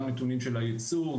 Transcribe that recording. גם הנתונים של הייצור,